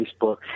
Facebook